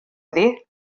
iddi